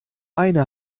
eine